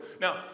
Now